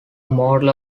model